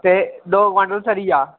ते दौ क्वांटल सरिया